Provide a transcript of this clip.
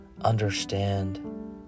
understand